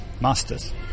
masters